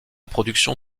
production